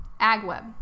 AgWeb